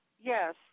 Yes